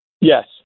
Yes